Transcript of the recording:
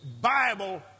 Bible